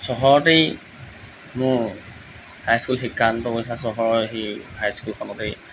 চহৰতেই মোৰ হাইস্কুল শিক্ষান্ত পৰীক্ষা চহৰৰ সেই হাইস্কুলখনতেই